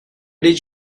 did